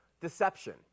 deception